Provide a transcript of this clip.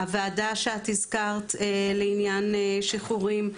הוועדה שאת הזכרת לעניין שחרורים,